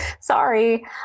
sorry